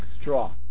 straw